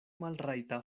malrajta